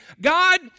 God